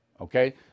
Okay